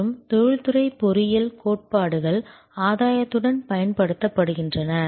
மற்றும் தொழில்துறை பொறியியல் கோட்பாடுகள் ஆதாயத்துடன் பயன்படுத்தப்படுகின்றன